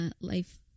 Life